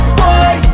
boy